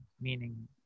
meaning